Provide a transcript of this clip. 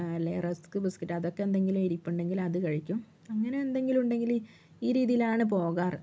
അല്ലേൽ rusk biscuit അതൊക്കെ എന്തെങ്കിലും ഇരിപ്പുണ്ടെങ്കില് അത് കഴിക്കും അങ്ങനെ എന്തെങ്കിലും ഉണ്ടെങ്കില് ഈ രിതിയിലാണ് പോകാറ്